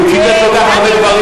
הוא ציטט כל כך הרבה דברים,